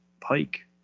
Pike